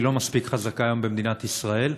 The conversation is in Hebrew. שהיא לא מספיק חזקה היום במדינת ישראל.